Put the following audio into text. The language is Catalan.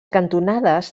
cantonades